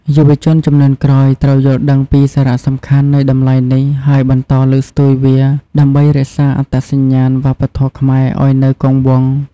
យុវជនជំនាន់ក្រោយត្រូវយល់ដឹងពីសារៈសំខាន់នៃតម្លៃនេះ ហើយបន្តលើកស្ទួយវាដើម្បីរក្សាអត្តសញ្ញាណវប្បធម៌ខ្មែរឲ្យនៅគង់វង្ស។